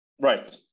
right